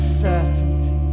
certainty